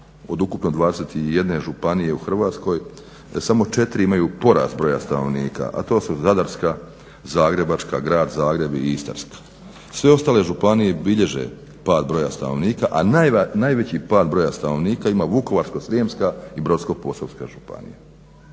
od ukupno 21 županiji u Hrvatskoj, da samo 4 imaju porast broja stanovnika. A to su Zadarska, Zagrebačka, Grad Zagreb i Istarska. Sve ostale županije i bilježe pad broja stanovnika, a najveći pad broja stanovnika ima Vukovarsko-srijemska i Brodsko-posavska županija,